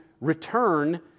return